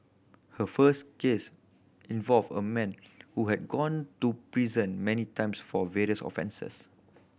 her first case involved a man who had gone to prison many times for various offences